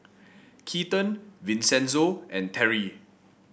Keaton Vincenzo and Terri